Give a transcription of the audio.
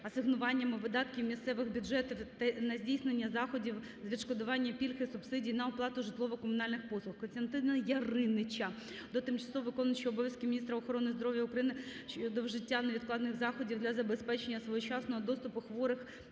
асигнуваннями видатків місцевих бюджетів на здійснення заходів з відшкодування пільг і субсидій на оплату житлово-комунальних послуг. Костянтина Яриніча до тимчасово виконуючої обов'язки міністра охорони здоров'я України щодо вжиття невідкладних заходів для забезпечення своєчасного доступу хворих